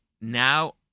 now